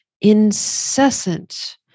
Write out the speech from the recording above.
incessant